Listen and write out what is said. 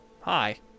Hi